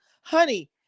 Honey